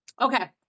Okay